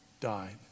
died